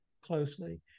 closely